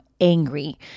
angry